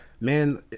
Man